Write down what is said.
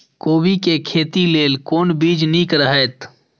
कोबी के खेती लेल कोन बीज निक रहैत?